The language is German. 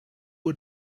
uhr